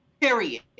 Period